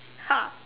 !huh!